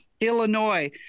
Illinois